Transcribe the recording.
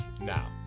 now